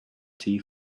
tea